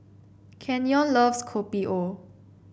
Kenyon loves Kopi O